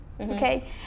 okay